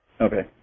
Okay